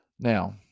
now